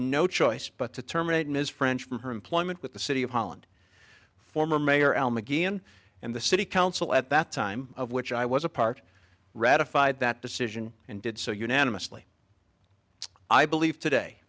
no choice but to terminate ms french from her employment with the city of holland former mayor elm again and the city council at that time of which i was a part ratified that decision and did so unanimously i believe today